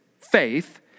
faith